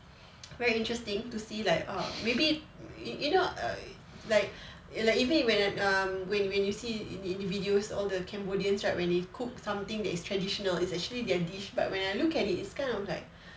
very interesting to see like uh maybe you you know err like like even when um when when you see in in videos all the cambodians right when they cook something that is traditional is actually their dish but when I look at it it's kind of like